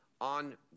on